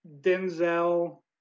Denzel